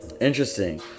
Interesting